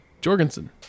Jorgensen